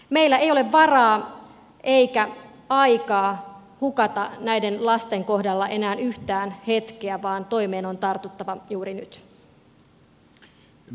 meillä ei ole varaa eikä aikaa hukata näiden lasten kohdalla enää yhtään hetkeä vaan toimeen on tartuttava juuri nyt